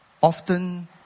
often